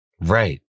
Right